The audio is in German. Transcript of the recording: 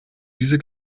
diese